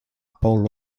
paul